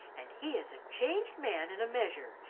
and he is a changed man in a measure,